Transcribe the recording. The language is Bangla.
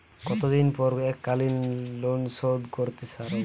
কতদিন পর এককালিন লোনশোধ করতে সারব?